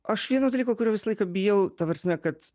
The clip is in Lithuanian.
aš vieno dalyko kurio visą laiką bijau ta prasme kad